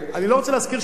אני לא רוצה להזכיר שמות,